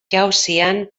jauzian